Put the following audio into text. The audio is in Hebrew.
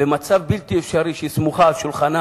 במצב בלתי אפשרי, כשהיא גם סמוכה על שולחנה